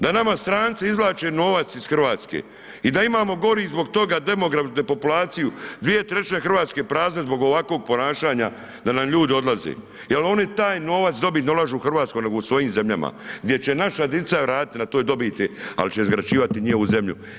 Da nama stranci izvlače novac iz Hrvatske i da imamo gori zbog toga depopulaciju 2/3 Hrvatske prazne zbog ovakvog ponašanja da nam ljudi odlaze jer oni taj novac dobit ne u Hrvatsku nego u svojim zemljama, gdje će naša dica raditi na toj dobiti, al će izgrađivati njihovu zemlju.